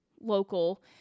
local